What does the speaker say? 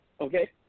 Okay